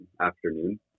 afternoon